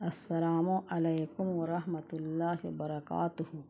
السلام علیکم ورحمت اللہ و برکاتہ